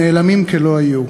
נעלמים כלא היו.